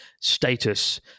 status